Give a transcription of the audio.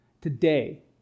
Today